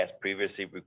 previously